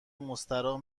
مستراح